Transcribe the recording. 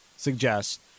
suggest